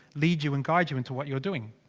lead you and guide you into what you're doing.